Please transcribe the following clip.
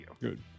Good